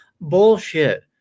bullshit